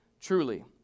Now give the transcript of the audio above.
truly